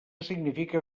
significa